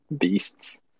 beasts